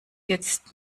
jetzt